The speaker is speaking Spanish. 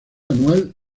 anual